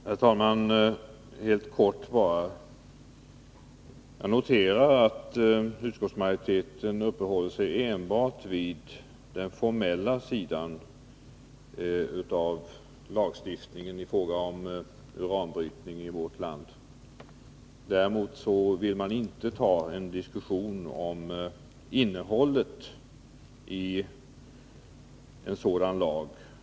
Herr talman! Helt kort bara: Jag noterar att utskottsmajoriteten upphållit sig enbart vid den formella sidan av frågan om lagstiftning mot uranbrytning i vårt land, däremot vill man inte diskutera innehållet i en sådan lag.